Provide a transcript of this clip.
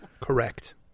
correct